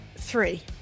three